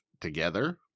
together